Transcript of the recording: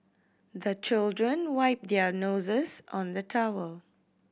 the children wipe their noses on the towel